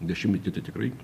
dešimtmetį tai tikrai